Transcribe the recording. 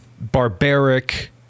barbaric